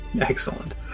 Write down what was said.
Excellent